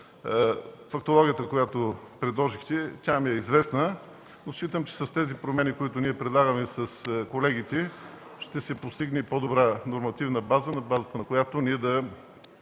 фактологията, която предложихте, тя ми е известна, но считам, че с промените, които ние предлагаме с колегите, ще се постигне по-добра нормативна база, на базата на която ние да